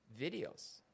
videos